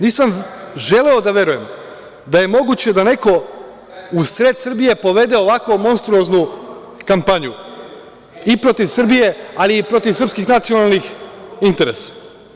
Nisam želeo da verujem da je moguće da neko u sred Srbije povede ovako monstruoznu kampanju i protiv Srbije, ali i protiv srpskih nacionalnih interesa.